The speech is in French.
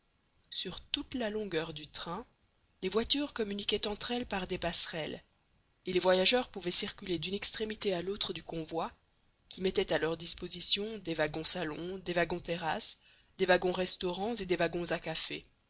sur toute la longueur du train les voitures communiquaient entre elles par des passerelles et les voyageurs pouvaient circuler d'une extrémité à l'autre du convoi qui mettait à leur disposition des wagons salons des wagons terrasses des wagons restaurants et des wagons à cafés